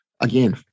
Again